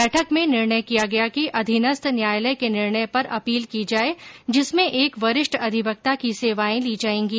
बैठक में निर्णय किया गया कि अधीनस्थ न्यायालय के निर्णय पर अपील की जाए जिसमें एक वरिष्ठ अधिवक्ता की सेवाएं ली जाएंगी